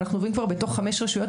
אבל אנחנו עובדים כבר בחמש רשויות.